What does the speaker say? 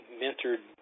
mentored